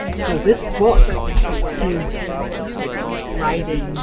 so this book is his writing